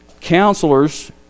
counselors